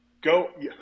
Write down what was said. Go